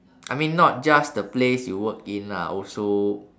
I mean not just the place you work in lah also